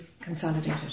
consolidated